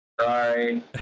sorry